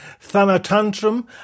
Thanatantrum